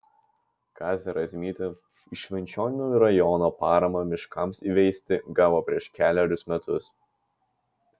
kazė razmytė iš švenčionių rajono paramą miškams įveisti gavo prieš kelerius metus